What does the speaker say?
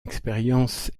expérience